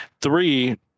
Three